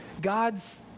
God's